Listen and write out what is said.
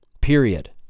Period